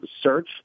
search